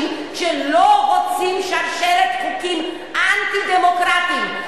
שלא רוצים שרשרת חוקים אנטי-דמוקרטיים,